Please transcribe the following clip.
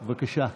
אני,